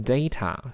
Data